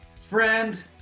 friend